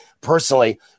personally